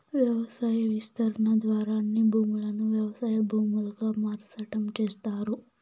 వ్యవసాయ విస్తరణ ద్వారా అన్ని భూములను వ్యవసాయ భూములుగా మార్సటం చేస్తారు